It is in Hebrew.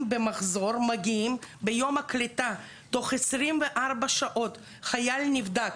נבדקים בכל מחזור ביום הקליטה תוך 24 שעות חייל נבדק,